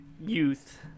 youth